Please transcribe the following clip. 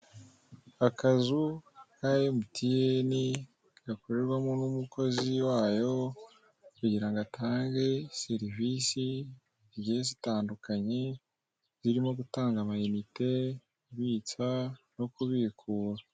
Akazu ka emutiyene gakorerwamo n'umukozi wayo kugira atange serivisi zigiye zitandukanye zirimo gutanga amanite, kubitsa no kubikura.